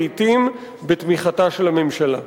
לעתים בתמיכתה של הממשלה.